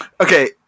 Okay